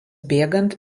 bėgant